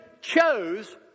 chose